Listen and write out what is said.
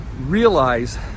Realize